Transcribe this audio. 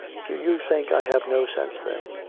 do you think i have no sense, then?